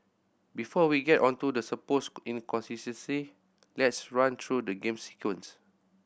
before we get on to the supposed inconsistency let's run through the game's sequence